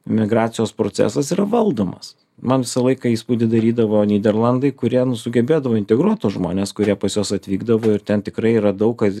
migracijos procesas yra valdomas man visą laiką įspūdį darydavo nyderlandai kurie nu sugebėdavo integruot tuos žmones kurie pas juos atvykdavo ir ten tikrai yra daug kas